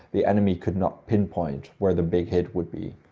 the enemy could not pinpoint where the big hit would be.